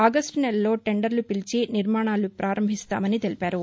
August నెలలో టెండర్లు పిలిచి నిర్మాణాలు పారంభిస్తామని తెలిపారు